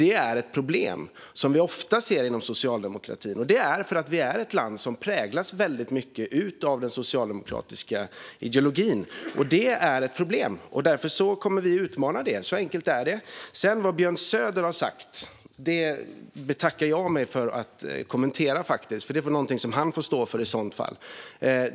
Det är ett problem som vi ofta ser inom socialdemokratin, och det är för att Sverige är ett land som präglas väldigt mycket av den socialdemokratiska ideologin. Det är ett problem. Därför kommer vi att utmana det. Så enkelt är det. Vad Björn Söder har sagt betackar jag mig för att kommentera. Det är någonting som han får stå för.